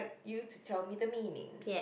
you to tell me the meaning